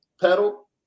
pedal